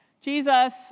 Jesus